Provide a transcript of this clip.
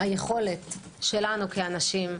היכולת שלנו כאנשים,